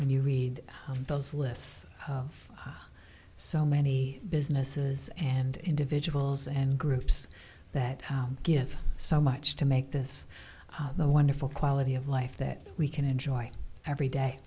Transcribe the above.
when you read those lists of so many businesses and individuals and groups that give so much to make this the wonderful quality of life that we can enjoy every day